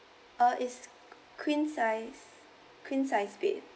uh is queen sized queen sized bed